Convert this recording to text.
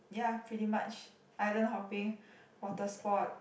ya pretty much island hopping water sport